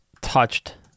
touched